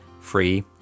free